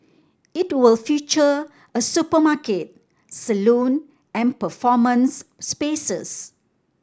it will feature a supermarket salon and performance spaces